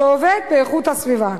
שעובד באיכות הסביבה.